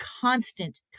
constant